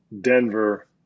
Denver